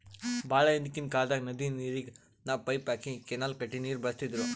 ಭಾಳ್ ಹಿಂದ್ಕಿನ್ ಕಾಲ್ದಾಗ್ ನದಿ ನೀರಿಗ್ ನಾವ್ ಪೈಪ್ ಹಾಕಿ ಕೆನಾಲ್ ಕಟ್ಟಿ ನೀರ್ ಬಳಸ್ತಿದ್ರು